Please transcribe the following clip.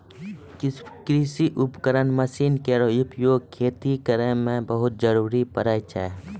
कृषि उपकरण मसीन केरो उपयोग खेती करै मे बहुत जरूरी परै छै